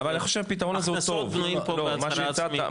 הכנסות בנויים פה בהצהרה עצמית.